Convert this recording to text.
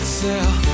sell